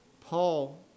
Paul